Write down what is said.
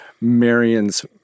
Marion's